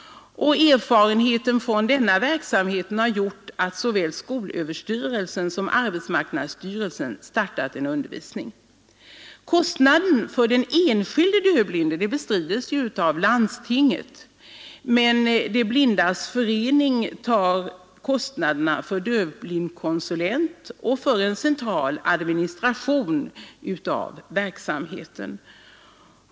Erfarenheten från denna verksamhet har gjort att såväl skolöverstyrelsen som arbetsmarknadsstyrelsen har startat undervisning för dem. Kostnaderna för den enskilde dövblinde bestrids av landstinget, men De blindas förening står för kostnaderna för dövblindkonsulent och för central administration av verksamheten.